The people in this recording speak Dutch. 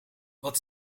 wat